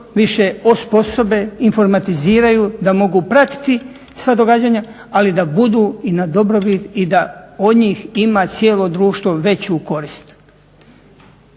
više osposobe, informatiziraju, da mogu pratiti sva događanja ali da budu i na dobrobit i da od njih ima cijelo društvo veću korist.